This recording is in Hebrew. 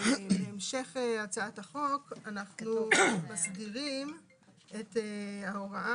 בהמשך הצעת החוק אנחנו מסדירים את ההוראה